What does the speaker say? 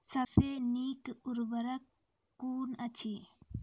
सबसे नीक उर्वरक कून अछि?